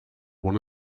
one